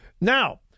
Now